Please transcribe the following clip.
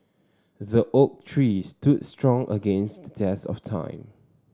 the oak tree stood strong against the test of time